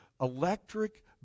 electric